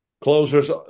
closers